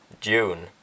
june